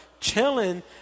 Chilling